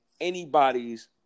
anybody's